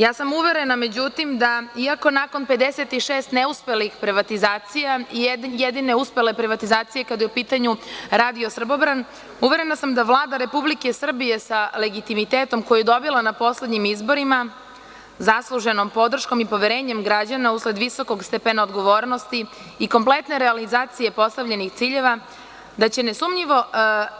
Ja sam uverena, da iako nakon 56 neuspelih privatizacija, i jedine uspele privatizacije kada je u pitanju radio „Srbobran“, uverena sam da Vlada Republike Srbije sa legitimitetom koji je dobila na poslednjim izborima, zasluženom podrškom i poverenjem građana usled visokog stepena odgovornosti i kompletne realizacije postavljenih ciljeva će nesumnjivo